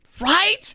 Right